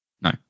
No